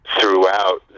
throughout